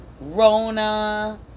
Rona